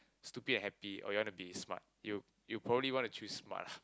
stupid happy or you want to be smart you you probably want to choose smart